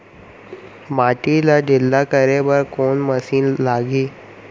माटी ला ढिल्ला करे बर कोन मशीन लागही?